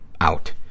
out